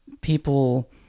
people